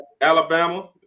Alabama